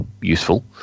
useful